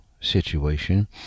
situation